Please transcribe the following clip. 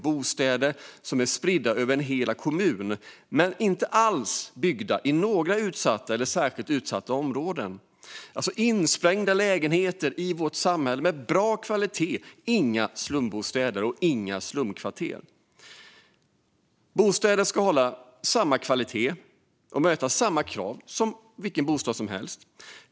Bostäderna ska vara spridda över hela kommuner men inte alls byggda i några utsatta eller särskilt utsatta områden. Det är alltså lägenheter av bra kvalitet som är insprängda i vårt samhälle - inga slumbostäder och inga slumkvarter. Bostäderna ska hålla samma kvalitet och möta samma krav som vilka bostäder som helst.